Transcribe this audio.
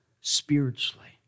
spiritually